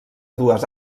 dues